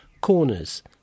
Corners